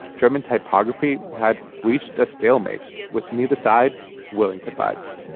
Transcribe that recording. german topography had reached a stalemate with neither side willing to budge